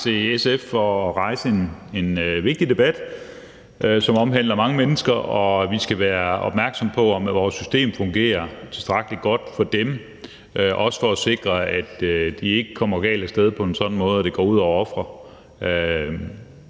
til SF for at rejse en vigtig debat, som omhandler mange mennesker, og at vi skal være opmærksomme på, om vores system fungerer tilstrækkelig godt for dem, også for at sikre, at de ikke kommer galt af sted på en sådan måde, at det går ud over ofrene,